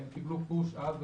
הם קיבלו פוש אז,